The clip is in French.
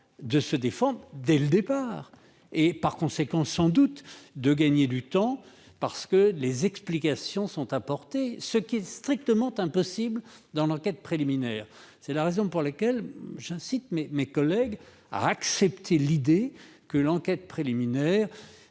de se défendre dès le départ ; cela permet sans aucun doute de gagner du temps, car des explications sont apportées, ce qui est strictement impossible dans l'enquête préliminaire. C'est la raison pour laquelle j'incite mes collègues à accepter l'idée que l'enquête préliminaire